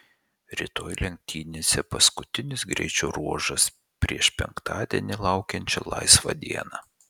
rytoj lenktynėse paskutinis greičio ruožas prieš penktadienį laukiančią laisvą dieną